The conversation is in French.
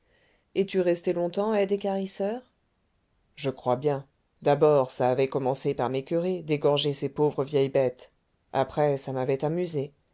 es-tu resté longtemps aide équarisseur je crois bien d'abord ça avait commencé par m'écoeurer d'égorger ces pauvres vieilles bêtes après ça m'avait amusé